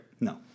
No